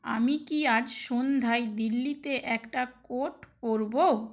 আমি কি আজ সন্ধ্যায় দিল্লিতে একটা কোট পরব